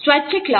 स्वैच्छिक लाभ